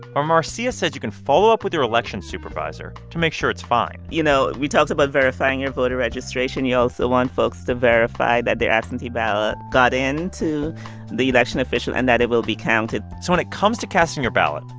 or marcia says you can follow up with your election supervisor to make sure it's fine you know, we talked about verifying your voter registration you also want folks to verify that their absentee ballot got into the election official and that it will be counted so when it comes to casting your ballot,